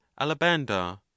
Alabanda